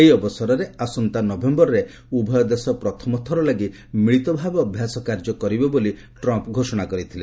ଏହି ଅବସରରେ ଆସନ୍ତା ନଭେମ୍ବରରେ ଉଭୟ ଦେଶ ପ୍ରଥମଥର ଲାଗି ମିଳିତ ଭାବେ ଅଭ୍ୟାସ କାର୍ଯ୍ୟ କରିବେ ବୋଲି ଟ୍ରମ୍ପ ଘୋଷଣା କରିଥିଲେ